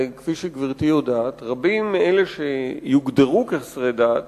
וכפי שגברתי יודעת, רבים מאלה שיוגדרו כחסרי דת